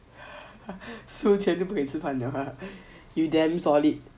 输钱就不可以吃饭 you damn solid